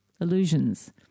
illusions